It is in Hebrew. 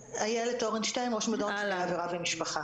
איילת אורנשטיין, ראש מדור נפגעי עבירה ומשפחה.